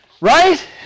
Right